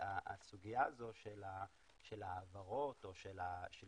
שהסוגיה הזו של העברות של